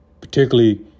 particularly